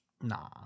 Nah